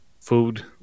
food